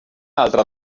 altra